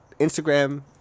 Instagram